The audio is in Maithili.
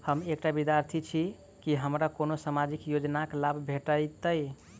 हम एकटा विद्यार्थी छी, की हमरा कोनो सामाजिक योजनाक लाभ भेटतय?